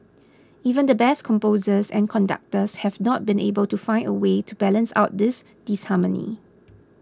even the best composers and conductors have not been able to find a way to balance out this disharmony